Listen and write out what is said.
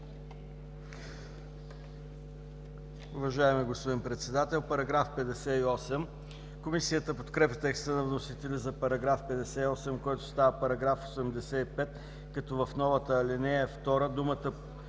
Уважаеми господин Председател, параграф 58. Комисията подкрепя текста на вносителя за § 58, който става § 85, като в новата ал. 2